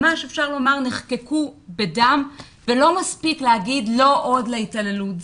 ממש אפשר לומר שנחקקו בדם ולא מספיק לומר לא עוד להתעללות,